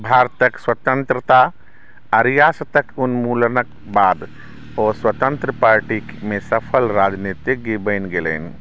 भारतक स्वतंत्रता आ रियासतक उन्मूलनके बाद ओ स्वतन्त्र पार्टीमे सफल राजनीतिज्ञ बनि गेलनि